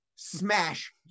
smash